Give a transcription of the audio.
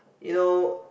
you know